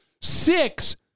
six